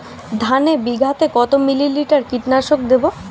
ধানে বিঘাতে কত মিলি লিটার কীটনাশক দেবো?